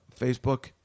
Facebook